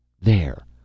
There